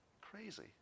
Crazy